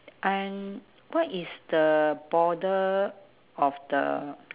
and what is the border of the